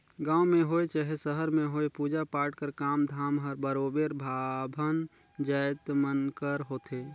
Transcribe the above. गाँव में होए चहे सहर में होए पूजा पाठ कर काम धाम हर बरोबेर बाभन जाएत मन कर होथे